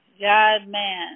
God-man